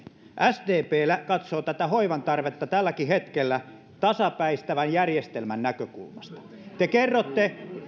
sdp katsoo tätä hoivan tarvetta tälläkin hetkellä tasapäistävän järjestelmän näkökulmasta te kerrotte